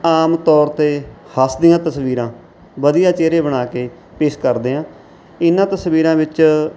ਆਮ ਤੌਰ 'ਤੇ ਹੱਸਦੀਆਂ ਤਸਵੀਰਾਂ ਵਧੀਆ ਚਿਹਰੇ ਬਣਾ ਕੇ ਪੇਸ਼ ਕਰਦੇ ਹਾਂ ਇਨ੍ਹਾਂ ਤਸਵੀਰਾਂ ਵਿੱਚ